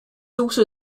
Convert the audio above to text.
also